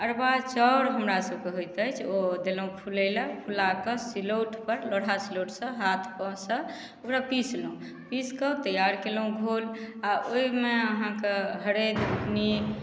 अरबा चाउर हमरा सबके होइत अछि ओ देलहुँ फुलैले फुलाके सिलौठपर लोढ़ा सिलौठसँ हाथसँ ओकरा पिसलहुँ पीसिकऽ तैआर कएलहुँ घोर आओर ओहिमे अहाँके हरैद बुकनी